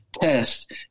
test